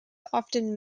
often